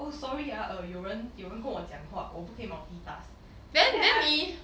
oh sorry ah uh 有人有人跟我讲话我不可以 multitask then I